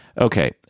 Okay